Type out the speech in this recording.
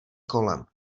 kolem